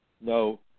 no